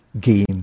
game